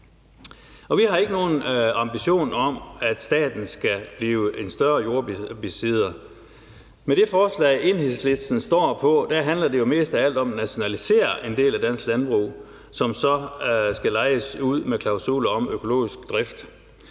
Vi har ikke nogen ambition om, at staten skal blive en større jordbesidder. Men det forslag, Enhedslisten står på, handler jo mest af alt om at nationalisere en del af dansk landbrug, som så skal lejes ud med klausuler om økologisk drift.